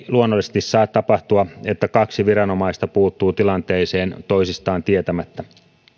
luonnollisesti saa tapahtua että kaksi viranomaista puuttuu tilanteeseen toisistaan tietämättä